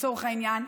לצורך העניין,